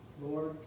Lord